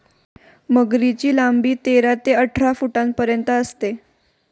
मगरीची लांबी तेरा ते अठरा फुटांपर्यंत असते